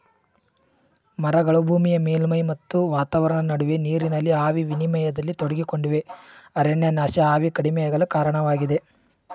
ಮರಗಳು ಭೂಮಿಯ ಮೇಲ್ಮೈ ಮತ್ತು ವಾತಾವರಣ ನಡುವೆ ನೀರಿನ ಆವಿ ವಿನಿಮಯದಲ್ಲಿ ತೊಡಗಿಕೊಂಡಿವೆ ಅರಣ್ಯನಾಶ ಆವಿ ಕಡಿಮೆಯಾಗಲು ಕಾರಣವಾಗಿದೆ